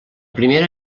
primera